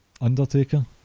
Undertaker